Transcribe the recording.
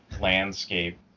Landscape